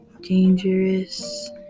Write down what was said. dangerous